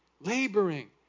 laboring